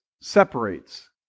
separates